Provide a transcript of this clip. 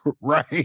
Right